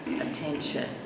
attention